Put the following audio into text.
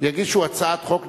יגישו הצעת חוק,